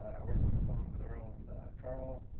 hours on the phone with earl and carl.